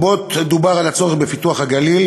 רבות דובר על הצורך בפיתוח הגליל,